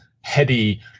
heady